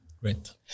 Great